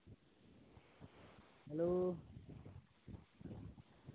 hello